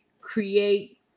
create